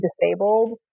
disabled